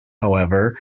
however